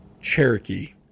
Cherokee